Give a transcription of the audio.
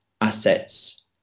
assets